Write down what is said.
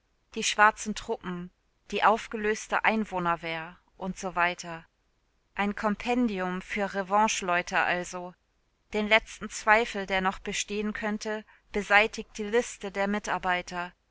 die schwarzen truppen die aufgelöste einwohnerwehr usw ein kompendium für revancheleute also den letzten zweifel der noch bestehen könnte beseitigt die liste der mitarbeiter